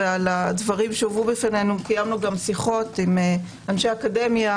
ועל הדברים שהובאו בפנינו קיימנו שיחות עם רבים מאנשי האקדמיה,